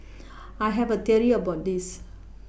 I have a theory about this